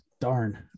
Darn